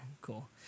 cool